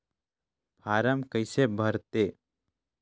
Form कइसे भरते?